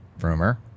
rumor